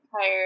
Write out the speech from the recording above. tired